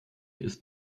ist